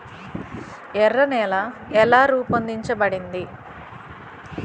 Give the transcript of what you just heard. ఎర్ర నేల ఎలా రూపొందించబడింది?